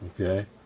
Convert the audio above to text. okay